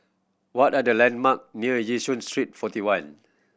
what are the landmark near Yishun Street Forty One